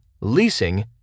Leasing